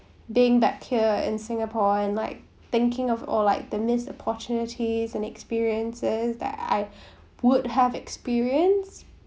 being back here in singapore and like thinking of oh like the missed opportunities and experiences that I would have experienced